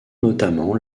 notamment